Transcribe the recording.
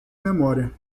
memória